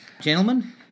Gentlemen